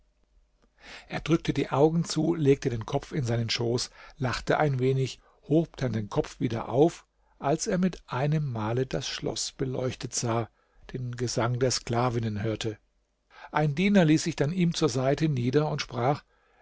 er drückte die augen zu legte den kopf in seinen schoß lachte ein wenig hob dann den kopf wieder auf als er mit einem male das schloß beleuchtet sah den gesang der sklavinnen hörte ein diener ließ sich dann ihm zur seite nieder und sprach